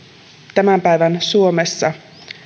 tämän päivän suomessa